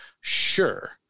Sure